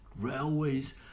railways